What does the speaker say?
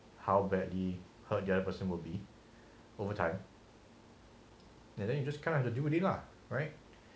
how badly hurt the other person will be over time and then you just kinda deal with it lah right